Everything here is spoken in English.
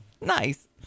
Nice